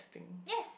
yes